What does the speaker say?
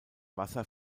wasser